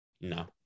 No